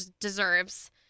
deserves—